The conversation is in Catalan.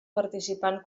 participant